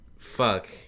Fuck